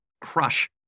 crush